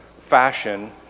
fashion